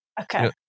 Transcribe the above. Okay